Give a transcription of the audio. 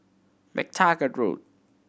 MacTaggart Road